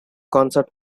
concert